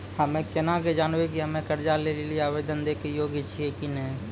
हम्मे केना के जानबै कि हम्मे कर्जा लै लेली आवेदन दै के योग्य छियै कि नै?